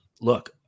look